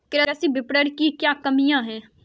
कृषि विपणन की क्या कमियाँ हैं?